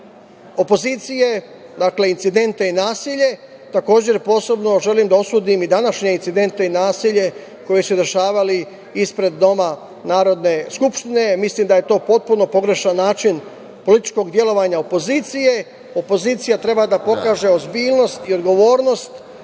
opozicije, dakle, incidente i nasilje. Takođe, posebno želim da osudim i današnje incidente i nasilje koje su izvršavali ispred Doma Narodne skupštine. Mislim da je to potpuno pogrešan način političkog delovanja opozicije. Opozicija treba da pokaže ozbiljnost i odgovornost